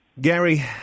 Gary